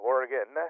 Oregon